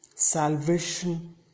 salvation